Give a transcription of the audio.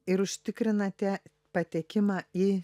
ir užtikrinate patekimą į